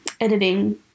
editing